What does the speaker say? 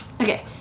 Okay